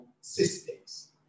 systems